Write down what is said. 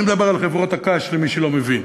אני מדבר על חברות הקש, למי שלא מבין.